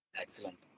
Excellent